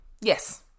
yes